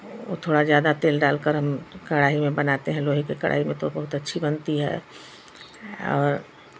वो थोड़ा ज़्यादा तेल डालकर हम कड़ाही में बनाते हैं लोहे के कड़ाही में तो बहुत अच्छी बनती है और